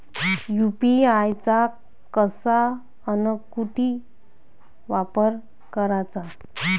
UPI चा कसा अन कुटी वापर कराचा?